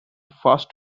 fast